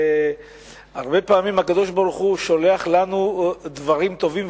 הרבה פעמים הקדוש-ברוך-הוא שולח לנו דברים טובים,